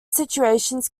situations